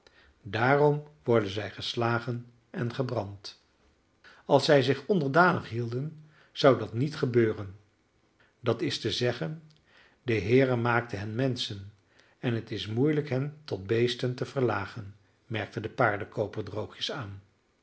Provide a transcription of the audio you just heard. daarom worden zij geslagen en gebrand als zij zich onderdanig hielden zou dat niet gebeuren dat is te zeggen de heere maakte hen menschen en het is moeielijk hen tot beesten te verlagen merkte de paardenkooper droogjes aan